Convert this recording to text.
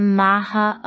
maha